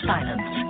Silence